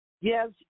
Yes